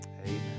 Amen